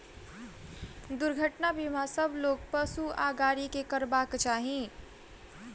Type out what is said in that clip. दुर्घटना बीमा सभ लोक, पशु आ गाड़ी के करयबाक चाही